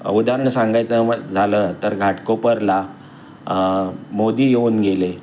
उदाहरण सांगायचं झालं तर घाटकोपरला मोदी येऊन गेले